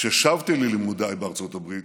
כששבתי ללימודיי בארצות הברית,